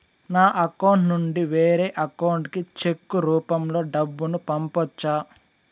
నా అకౌంట్ నుండి వేరే అకౌంట్ కి చెక్కు రూపం లో డబ్బును పంపొచ్చా?